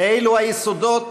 אלה היסודות